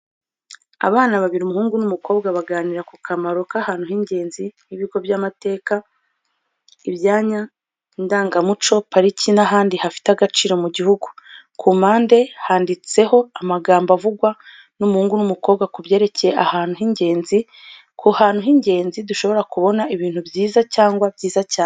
Abana babiri umuhungu n’umukobwa baganira ku kamaro k’ahantu h’ingenzi nk’ibigo by’amateka, ibyanya ndangamuco, pariki n'ahandi hafite agaciro mu gihugu. Ku mpande handitseho amagambo avugwa n’umuhungu n’umukobwa ku byerekeye ahantu h’ingenzi. Ku hantu h’ingenzi, dushobora kubona ibintu byiza cyangwa byiza cyane.